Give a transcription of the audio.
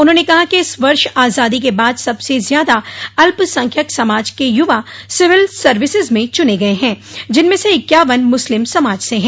उन्होंने कहा कि इस वर्ष आजादी के बाद सबसे ज्यादा अल्पसंख्यक समाज के युवा सिविल सर्विसेज में चुने गये हैं जिनमें स इक्यावन मुस्लिम समाज से हैं